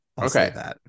Okay